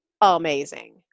amazing